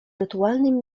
rytualnym